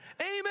Amen